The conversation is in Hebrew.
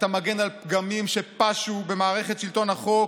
אתה מגן על פגמים שפשו במערכת שלטון החוק